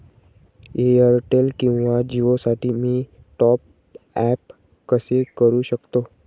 Airtel किंवा जिओसाठी मी टॉप ॲप कसे करु शकतो?